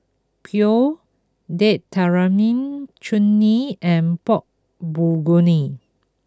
Pho Date Tamarind Chutney and Pork Bulgogi